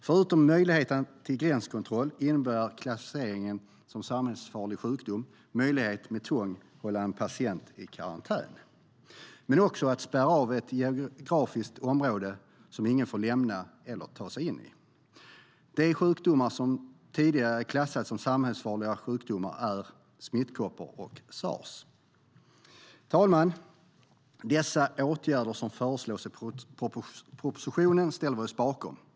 Förutom möjligheten till gränskontroll innebär klassificeringen som samhällsfarlig sjukdom en möjlighet att med tvång hålla en patient i karantän men också att spärra av ett geografiskt område som ingen får lämna eller ta sig in i. De sjukdomar som tidigare är klassade som samhällsfarliga sjukdomar är smittkoppor och sars. Herr talman! De åtgärder som föreslås i propositionen ställer vi oss bakom.